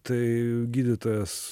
tai gydytojas